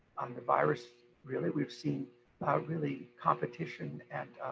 on the virus really, we've seen really competition and